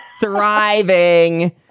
Thriving